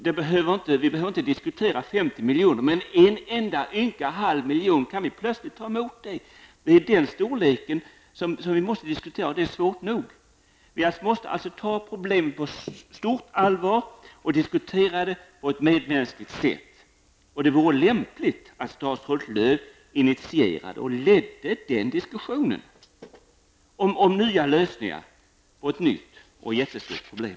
Vi behöver inte diskutera 50 miljoner, men en enda ynka halv miljon, kan vi plötsligt ta emot det? Det är den storleksordningen som vi måste diskutera. Det är svårt nog. Vi måste ta problemet på stort allvar och diskutera det på ett medmänskligt sätt. Det vore lämpligt att statsrådet Lööw initierade och ledde diskussionen om nya lösningar på ett nytt och jättestort problem.